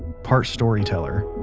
part storyteller,